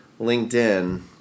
LinkedIn